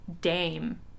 Dame